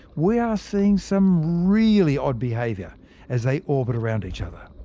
we are seeing some really odd behaviour as they orbit around each other.